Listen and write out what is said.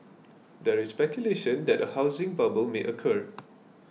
there is speculation that a housing bubble may occur